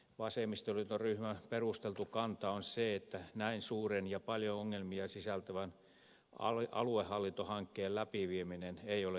vasemmistoliiton ryhmän perusteltu kanta on se että näin suuren ja paljon ongelmia sisältävän aluehallintohankkeen läpivieminen ei ole järkevää